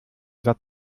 satz